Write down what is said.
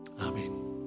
Amen